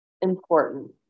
important